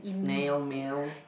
snail mail